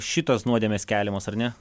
šitos nuodėmės keliamos ar ne